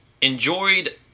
enjoyed